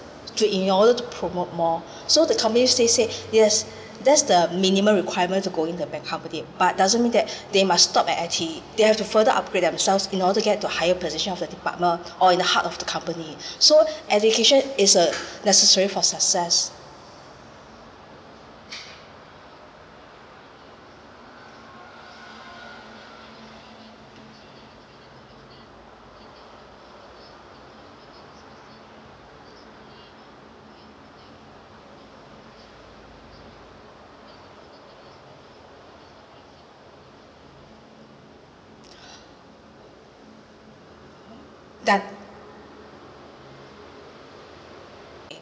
to in order to promote more so the company say say yes that's the minimum requirement to go in the back company but doesn't mean that they must stop at I_T_E they have to further upgrade themselves in order to get to higher position of the department or in the heart of the company so education is a necessary for success done